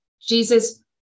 Jesus